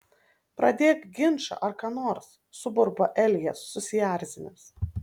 pradėk ginčą ar ką nors suburba elijas susierzinęs